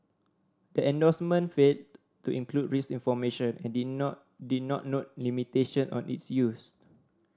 the endorsement failed to include risk information and did not did not note limitation on its use